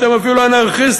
אתם אפילו אנרכיסטים,